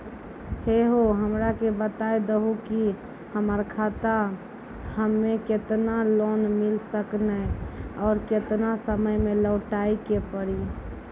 है हो हमरा के बता दहु की हमार खाता हम्मे केतना लोन मिल सकने और केतना समय मैं लौटाए के पड़ी?